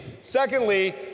Secondly